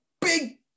big